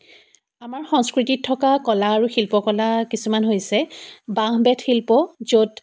আমাৰ সংস্কৃতিত থকা কলা আৰু শিল্পকলা কিছুমান হৈছে বাঁহ বেত শিল্প য'ত